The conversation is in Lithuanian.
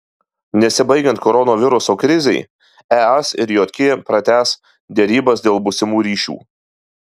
nesibaigiant koronaviruso krizei es ir jk pratęs derybas dėl būsimų ryšių